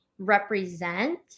represent